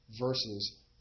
versus